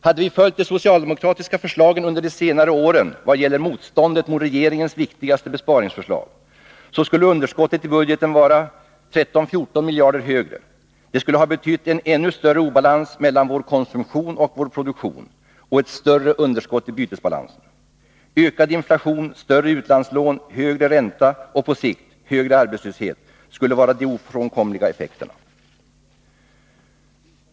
Hade vi följt de socialdemokratiska förslagen under senare år vad gäller motståndet mot regeringens viktigaste besparingsförslag, så skulle underskottet i budgeten ha varit 13-14 miljarder större. Det skulle ha betytt en ännu större obalans mellan vår konsumtion och vår produktion och ett större underskott i bytesbalansen. Ökad inflation, större utlandslån, högre ränta och — på sikt — högre arbetslöshet skulle vara ofrånkomliga effekter.